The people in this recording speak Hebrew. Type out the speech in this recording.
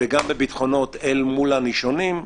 וגם בביטחונות אל מול הנישומים,